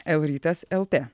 lrytas lt